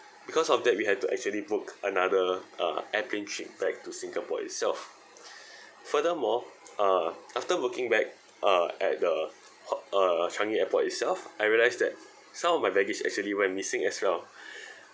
because of that we had to actually book another uh airplane trip back to singapore itself furthermore uh after working back uh at the ho~ uh changi airport itself I realised that some of my baggage actually went missing as well